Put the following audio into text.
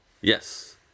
Yes